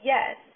Yes